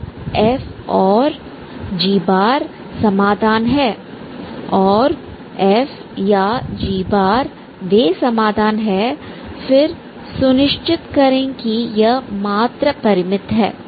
अब f और g समाधान है और f' या g वे समाधान है फिर सुनिश्चित करें कि यह मात्र परिमित है